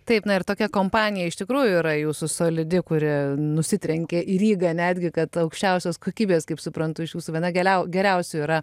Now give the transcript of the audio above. taip na ir tokia kompanija iš tikrųjų yra jūsų solidi kuri nusitrenkė į rygą netgi kad aukščiausios kokybės kaip suprantu iš jūsų viena geriausių geriausių yra